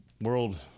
world